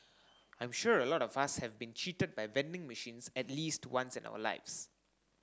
I'm sure a lot of us have been cheated by vending machines at least once in our lives